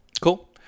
Cool